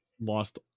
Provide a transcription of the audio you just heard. lost